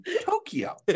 Tokyo